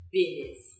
Business